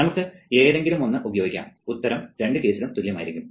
നമുക്ക് ഏതെങ്കിലുമൊന്ന് ഉപയോഗിക്കാം ഉത്തരം രണ്ട് കേസിലും തുല്യമായിരിക്കും